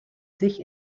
sich